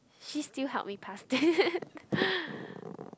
she still help me pass